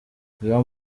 jean